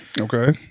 Okay